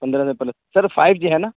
پندرہ ہزار plus sir five G ہے نا